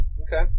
Okay